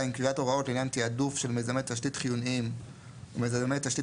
קביעת הוראות לעניין תיעדוף של מיזמי תשתית